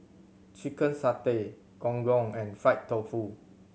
chicken satay Gong Gong and fried tofu